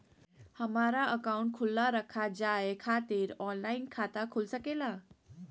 हमारा अकाउंट खोला रखा जाए खातिर ऑनलाइन खाता खुल सके ला?